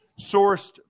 sourced